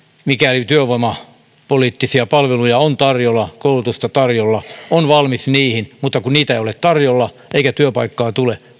mikäli työvoimapoliittisia palveluja on tarjolla ja koulutusta tarjolla on valmis niihin kun niitä ei ole tarjolla eikä työpaikkaa tule